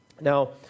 Now